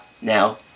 Now